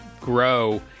grow